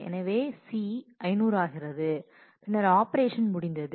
எனவே C 500 ஆகிறது பின்னர் ஆபரேஷன் முடிந்தது